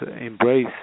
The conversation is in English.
Embrace